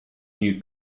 new